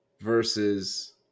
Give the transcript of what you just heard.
Versus